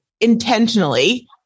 intentionally